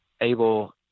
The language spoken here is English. able